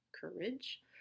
courage